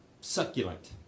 succulent